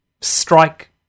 strike